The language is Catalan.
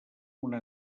una